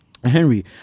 Henry